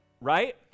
Right